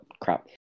crap